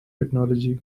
technology